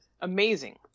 Amazing